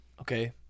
Okay